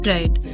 Right